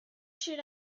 should